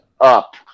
up